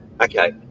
okay